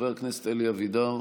חבר הכנסת אלי אבידר,